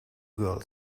girl